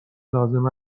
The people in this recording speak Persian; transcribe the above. لازم